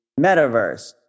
metaverse